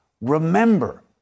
remember